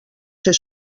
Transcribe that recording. ser